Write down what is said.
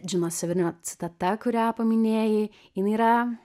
džino severinio citata kurią paminėjai jinai yra